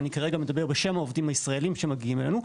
ואני כרגע מדבר בשם העובדים הישראלים שמגיעים אלינו,